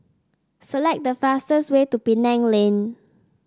select the fastest way to Penang Lane